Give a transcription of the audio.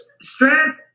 Stress